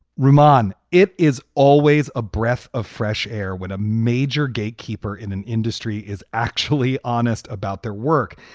reman, it is always a breath of fresh air when a major gatekeeper in an industry is actually honest about their work.